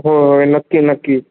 हो हो नक्की नक्की